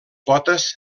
potes